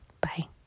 Bye